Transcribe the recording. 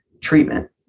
treatment